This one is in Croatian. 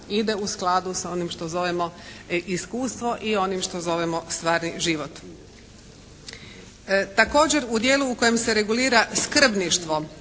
ide u skladu sa onim što zovemo iskustvo i ono što zovemo stvarni život. Također u dijelu u kojem se regulira skrbništvo